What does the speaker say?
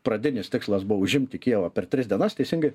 pradinis tikslas buvo užimti kijevą per tris dienas teisingai